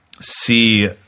see